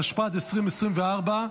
התשפ"ד 2024,